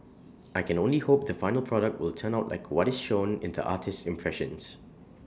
I can only hope the final product will turn out like what is shown in the artist's impressions